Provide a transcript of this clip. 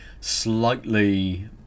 slightly